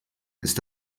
ist